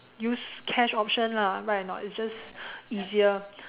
use cash option lah right or not it's just easier